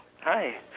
Hi